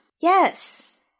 Yes